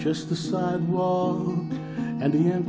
just the sidewalk and he